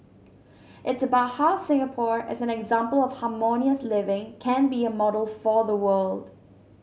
it's about how Singapore as an example of harmonious living can be a model for the world